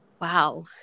wow